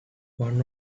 one